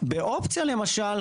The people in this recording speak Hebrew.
אופציה למשל,